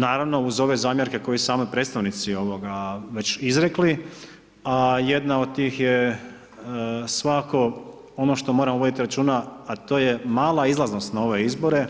Naravno uz ove zamjerke koje sami predstavnici već izrekli, a jedna od tih je svakako ono što moramo voditi računa, a to je mala izlaznost na ove izbore